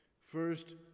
First